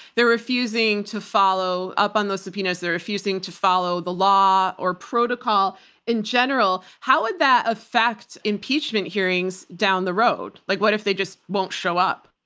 they're refusing to follow up on those subpoenas, they're refusing to follow the law or protocol in general. how would that affect impeachment hearings down the road? like what if they just won't show up?